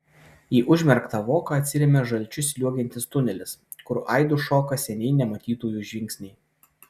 į užmerktą voką atsiremia žalčiu sliuogiantis tunelis kur aidu šoka seniai nematytųjų žingsniai